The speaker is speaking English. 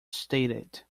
stated